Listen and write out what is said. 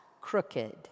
crooked